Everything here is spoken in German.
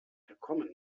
gekommen